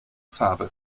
farbe